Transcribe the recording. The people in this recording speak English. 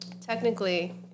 Technically